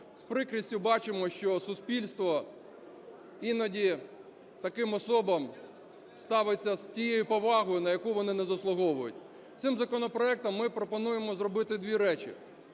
з прикрістю бачимо, що суспільство іноді до таких осіб ставиться з тією повагою, на яку вони не заслуговують. Цим законопроектом ми пропонуємо зробити дві речі: